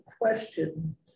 question